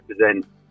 represent